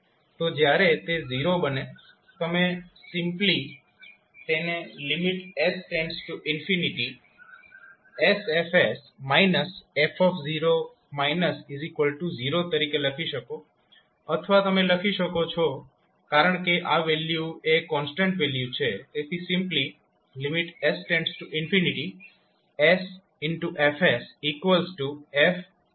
તો જ્યારે તે 0 બને તમે સિમ્પ્લી તેને s sF f0 તરીકે લખી શકો છો અથવા તમે લખી શકો છો કારણ કે આ વેલ્યુ એ કોન્સ્ટન્ટ વેલ્યુ છે તેથી સિમ્પ્લી ssF f લખી શકો